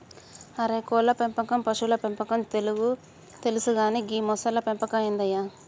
అరే కోళ్ళ పెంపకం పశువుల పెంపకం తెలుసు కానీ గీ మొసళ్ల పెంపకం ఏందయ్య